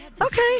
Okay